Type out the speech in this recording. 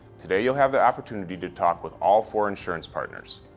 today you'll have the opportunity to talk with all four insurance partners.